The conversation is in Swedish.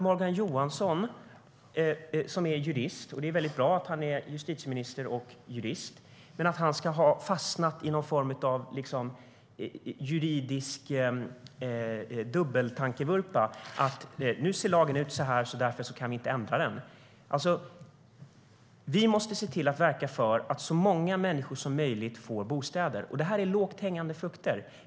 Morgan Johansson, som är jurist - det är bra att han är justitieminister och jurist - har fastnat i någon form av juridisk dubbeltankevurpa, att nu ser lagen ut som den gör och därför kan vi inte ändra den. Vi måste verka för att så många som möjligt får en bostad. Det här är lågt hängande frukter.